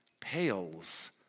pales